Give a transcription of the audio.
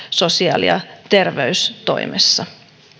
sosiaali ja terveystoimessa